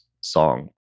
song